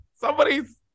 Somebody's